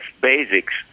basics